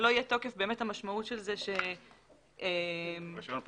לא יהיה תוקף, הרישיון פוקע.